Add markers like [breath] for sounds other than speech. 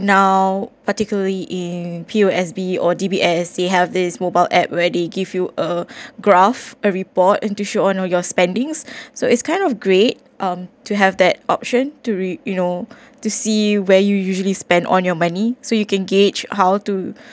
now particularly in P_O_S_B or D_B_S they have these mobile app where they give you a graph a report into show on your spendings [breath] so it's kind of great um to have that option to re~ you know to see where you usually spend on your money so you can gauge how to